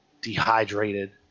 dehydrated